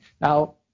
Now